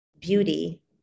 beauty